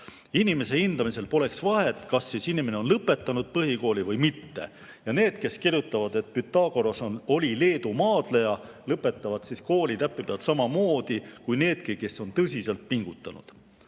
Inimese hindamisel poleks vahet, kas inimene on lõpetanud põhikooli või mitte, ja need, kes kirjutavad, et Pythagoras oli Leedu maadleja, lõpetavad kooli täpipealt samamoodi kui need, kes on tõsiselt pingutanud. Teiseks